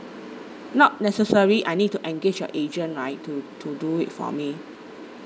not necessary I need to engage your agent right to to do it for me